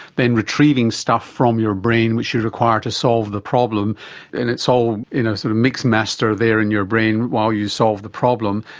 then retrieving stuff from your brain which you require to solve the problem and it's all in a sort of mixmaster there in your brain while you solve the problem,